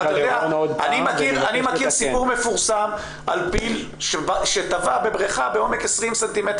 אני מכיר סיפור מפורסם על פיל שטבע בבריכה בעומק 20 סמ'